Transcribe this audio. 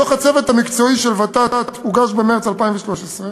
דוח הצוות המקצועי של ות"ת הוגש במרס 2013,